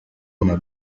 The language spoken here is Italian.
una